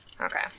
Okay